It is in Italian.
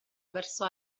verso